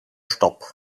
stopp